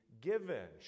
given